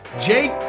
Jake